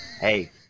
Hey